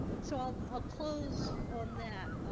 so i'll close on that.